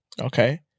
Okay